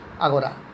Agora